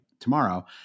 tomorrow